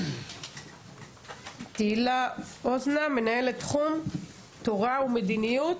תהילה אוזנה, מנהלת תחום תורה ומדיניות.